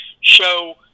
show